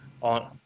on